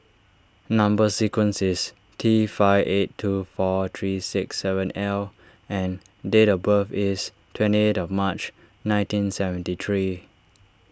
Number Sequence is T five eight two four three six seven L and date of birth is twenty eighth of March nineteen seventy three